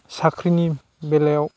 साख्रिनि बेलायाव